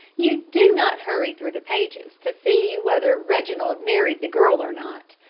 you do not hurry through the pages to see whether reginald married the girl or not.